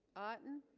otton